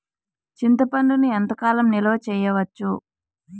చింతపండును ఎంత కాలం నిలువ చేయవచ్చు?